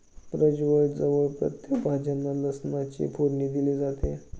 प्रजवळ जवळ प्रत्येक भाज्यांना लसणाची फोडणी दिली जाते